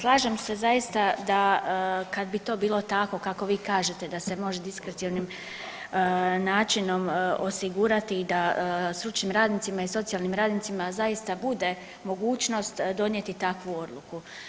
Slažem se zaista da kad bi to bilo tako kako vi kažete da se može diskrecionim načinom osigurati da stručnim radnicima i socijalnim radnicima zaista bude mogućnost donijeti takvu odluku.